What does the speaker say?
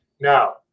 Now